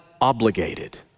obligated